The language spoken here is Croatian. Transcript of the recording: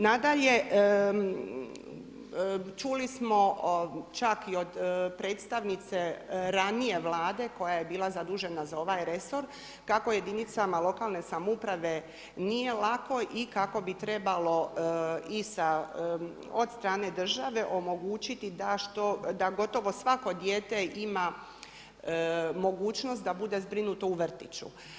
Nadalje, čuli smo čak i od predstavnice ranije vlade koja je bila zadužena za ovaj resor kako jedinicama lokalne samouprave nije lako i kako bi trebalo od strane države omogućiti da gotovo svako dijete ima mogućnost da bude zbrinuto u vrtiću.